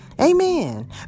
Amen